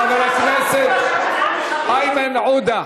הצעת חבר הכנסת איימן עודה.